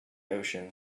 ocean